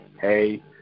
hey